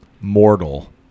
mortal